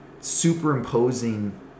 superimposing